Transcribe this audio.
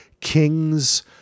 King's